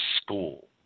School